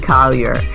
Collier